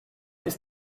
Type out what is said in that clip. ist